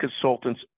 consultants